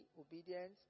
obedience